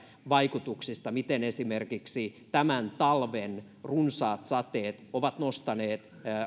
vaikutuksista siitä miten esimerkiksi tämän talven runsaat sateet ovat nostaneet